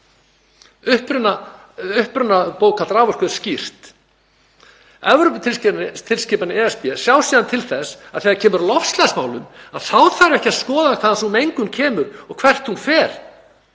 Upprunabókhald raforku er skýrt. Evróputilskipanir ESB sjá síðan til þess að þegar kemur að loftslagsmálum þá þarf ekki að skoða hvaðan sú mengun kemur og hvert hún fer.